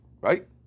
right